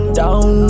down